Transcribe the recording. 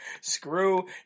Screw